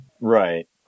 Right